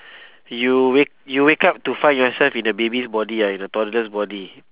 you wake you wake up to find yourself in a baby's body you're in a toddler's body